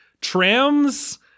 trams